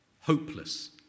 hopeless